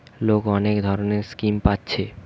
লোক অনেক ধরণের স্কিম পাচ্ছে